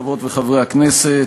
חברות וחברי הכנסת,